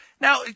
Now